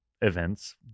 events